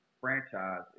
franchise